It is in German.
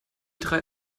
drei